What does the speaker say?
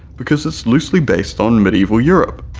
because it's loosely based on medieval europe,